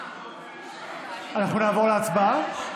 נעבור להצבעה?